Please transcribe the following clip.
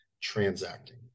transacting